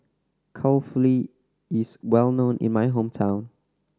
kulfily is well known in my hometown